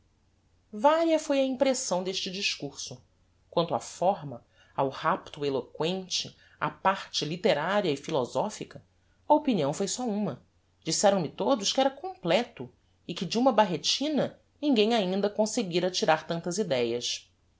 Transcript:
vária foi a impressão deste discurso quanto á forma ao rapto eloquente á parte litteraria e philosophica a opinião foi só uma disseram-me todos que era completo e que de uma barretina ninguem ainda conseguira tirar tantas idéas